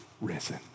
risen